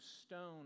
stone